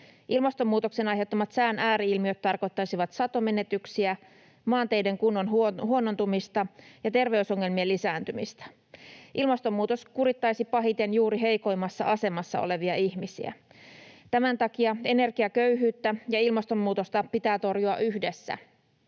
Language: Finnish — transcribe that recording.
Ilmastonmuutoksen aiheuttamat sään ääri-ilmiöt tarkoittaisivat satomenetyksiä, maanteiden kunnon huonontumista ja terveysongelmien lisääntymistä. Ilmastonmuutos kurittaisi pahiten juuri heikoimmassa asemassa olevia ihmisiä. Tämän takia energiaköyhyyttä ja ilmastonmuutosta pitää torjua yhdessä.